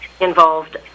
involved